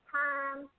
time